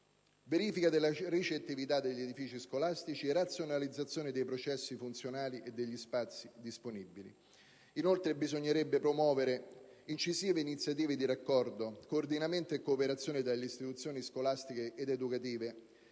verifica della ricettività degli edifici scolastici e razionalizzazione dei processi funzionali e degli spazi disponibili. Inoltre, bisognerebbe promuovere sia incisive iniziative di raccordo, coordinamento e cooperazione tra le istituzioni scolastiche ed educative